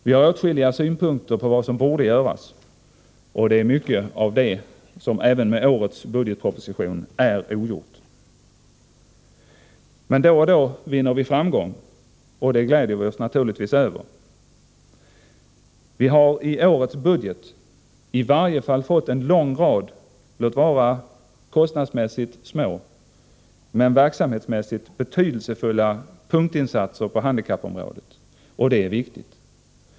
Vi har åtskilliga synpunkter på vad som borde göras och mycket av det är även i och med årets budgetproposition ogjort. Men då och då vinner vi framgång, och det gläder vi oss naturligtvis över. Vi har i årets budget i varje fall fått en lång rad - låt vara kostnadsmässigt små, men verksamhetsmässigt betydelsefulla — punktinsatser på handikappområdet, och det är viktigt.